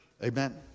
Amen